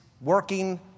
working